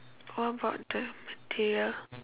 what about the interior